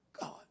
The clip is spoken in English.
God